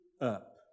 up